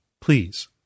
please